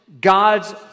God's